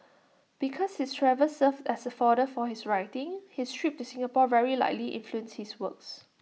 because his travels served as fodder for his writing his trip to Singapore very likely influenced his works